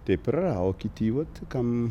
taip ir yra o kiti vat kam